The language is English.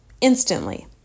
instantly